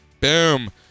Boom